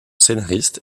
scénariste